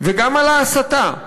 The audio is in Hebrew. וגם על ההסתה,